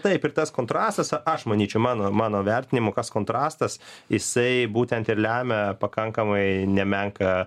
taip ir tas kontrastas aš manyčiau mano mano vertinimu kas kontrastas jisai būtent ir lemia pakankamai nemenką